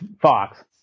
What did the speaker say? Fox